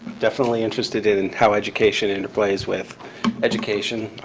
definitely interested in how education interplays with education.